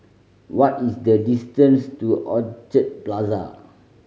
what is the distance to Orchid Plaza